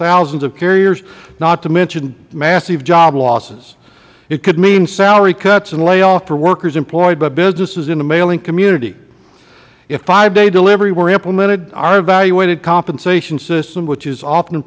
thousands of carriers not to mention massive job losses it could mean salary cuts and layoffs for workers employed by businesses in the mailing community if five day delivery were implemented our evaluated compensation system which is often